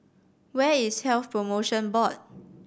where is Health Promotion Board